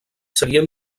seguien